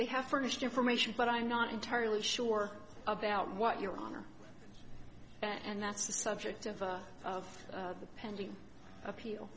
they have furnished information but i'm not entirely sure about what your honor and that's the subject of the pending appeal